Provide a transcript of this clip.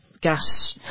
gas